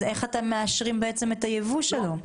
אז איך אתם מאשרים את הייבוא שלו?